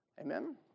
Amen